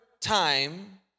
time